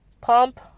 pump